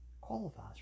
qualifies